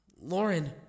Lauren